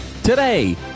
Today